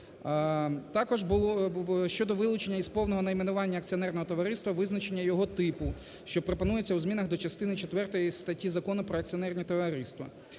Також… щодо вилучення із повного найменування акціонерного товариства визначення його типу, що пропонується у змінах до частини четвертої статті Закону про акціонерні товариства.